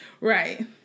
Right